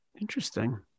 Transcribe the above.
Interesting